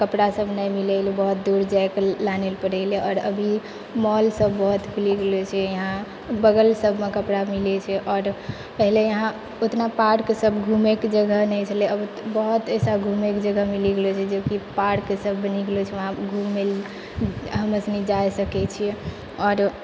कपड़ा सब नहि मिलै बहुत दूर जाइके लानैलए पड़ै आओर अभी मॉल सब बहुत खुलि गेलऽ छै यहाँ बगल सबमे कपड़ा मिलै छै आओर पहिले यहाँ ओतना पार्क सब घुमैके जगह नहि छलै आब तऽ बहुत ऐसा घुमैके जगह मिलि गेलऽ जइसेकि पार्क सब बनि गेलऽ छै वहाँ घुमै हमेसनी जाइ सकै छी आओर